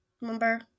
Remember